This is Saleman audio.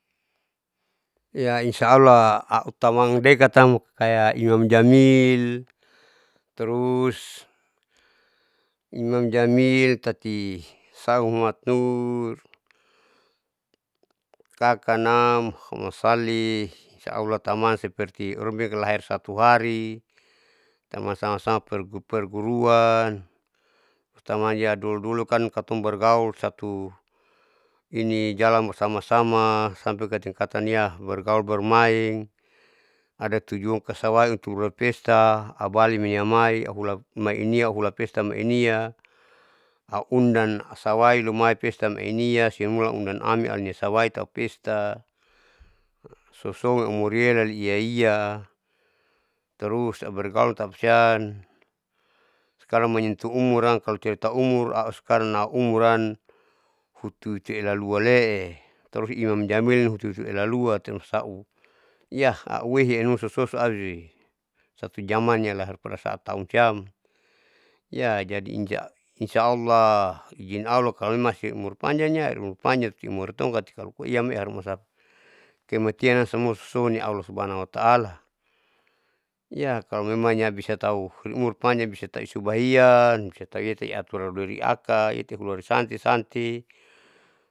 Iya insya allah autamang dekatam kaya imam jamil terus imam jamil tati sau muhamad nur takanam humasali insyallah tamang seperti orang bilang lahir satuhari tamang perguruan tamang ya duludulu kan katong bergaus satu inijalan sama sama sampe ka tingkatan ya bergaul aubarmaing ada tujuan ka sawai untuk hula pestaabali inamai hula mainia hula pesta mainia, au undang sawai lomai pesta ania soamula undang ami ania sawai tahu pesta soson amoriela liiaia, tarus aubergaul tapasiam sakarang menyetu umuram taumur auskarang au umuran hutu elalua lee tarus imam jamil suelalua usauyah auwehi anuma sososuaruli satujaman yaasaola tati taun siam jadi inja insya allah ijin allah kalomemang umurpanjangnya umur panjang amori tongkati kalo koiame haruma asapa, kematianam samua suso allah subahana wataalla ya kalomemanya bisa tahu bisatau isubahian bisatau iyate iatur hulari akat hulari sante sante.